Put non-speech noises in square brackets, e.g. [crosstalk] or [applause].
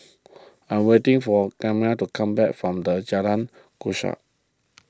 I'm waiting for Karyme to come back from the Jalan [unintelligible]